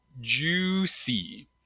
juicy